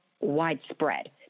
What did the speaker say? widespread